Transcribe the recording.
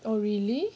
oh really